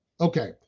okay